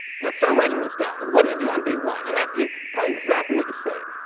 let's start writing this down. and what do you do on day one, and tell me exactly what you say,